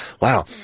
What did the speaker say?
Wow